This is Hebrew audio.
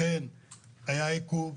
לכן היה עיכוב,